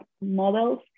models